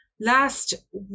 Last